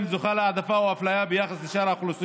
היא חברה שלי, אני רוצה שהיא תנוח.